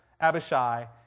Abishai